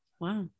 Wow